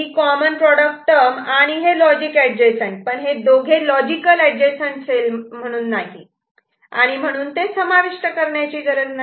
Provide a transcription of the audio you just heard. ही common product term आणि हे logically adjacent पण हे दोघे लॉजिकलीएडजसंट सेल नाही आणि म्हणून ते समाविष्ट करण्याची ची गरज नाही